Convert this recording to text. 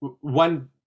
one